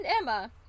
Emma